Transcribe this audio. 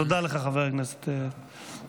תודה לך, חבר הכנסת דוידסון.